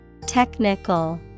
technical